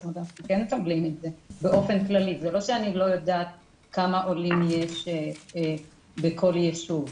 זה לא שאני לא יודעת כמה עולים יש בכל ישוב.